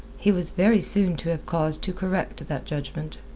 he was very soon to have cause to correct that judgment.